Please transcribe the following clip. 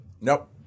Nope